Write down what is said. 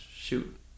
shoot